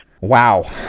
Wow